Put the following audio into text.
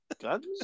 guns